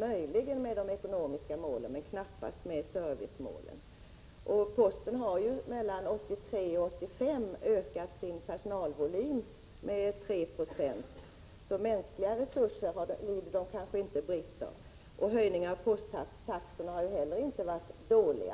möjligen stämmer med de ekonomiska målen men knappast med servicemålen. Posten har mellan 1983 och 1985 ökat sin personalvolym med 3 26, så mänskliga resurser lider man knappast brist på. Höjningarna av posttaxorna har inte heller varit dåliga.